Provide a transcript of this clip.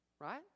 right